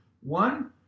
One